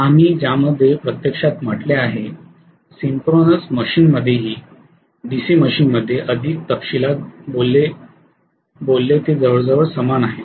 आम्ही ज्यामध्ये प्रत्यक्षात म्हटले आहे सिन्क्रोनस मशीनमध्येही डीसी मशीनमध्ये अधिक तपशीलात बोलले ते जवळजवळ समान आहे